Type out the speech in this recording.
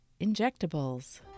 injectables